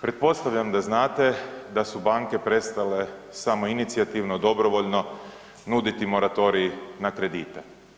Pretpostavljam da znate da su banke prestale samoinicijativno dobrovoljno nuditi moratorij na kredite.